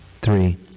Three